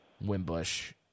Wimbush